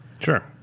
Sure